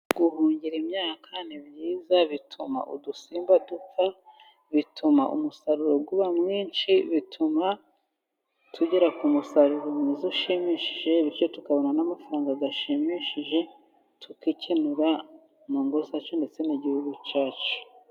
Guhungira imyaka ni byiza bituma udusimba dupfa, bituma umusaruro uba mwinshi, bituma tugera ku musaruro mwiza ushimishije, bityo tukabona n' amafaranga adushimishije, tukikenura mu ngo zacu ndetse n' igihugu cacu.